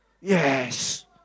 Yes